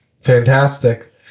Fantastic